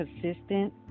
consistent